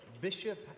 Bishop